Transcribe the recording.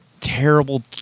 terrible